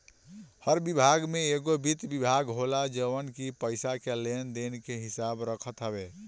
हर विभाग में एगो वित्त विभाग होला जवन की पईसा के लेन देन के हिसाब रखत हवे